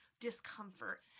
discomfort